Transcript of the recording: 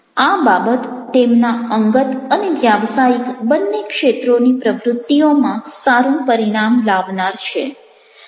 આ બાબત તેમના અંગત અને વ્યાવસાયિક બંને ક્ષેત્રોની પ્રવૃત્તિઓમાં સારું પરિણામ લાવનાર છે